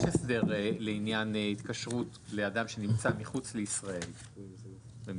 יש הסדר לעניין התקשרות לאדם שנמצא מחוץ לישראל ומתקשר.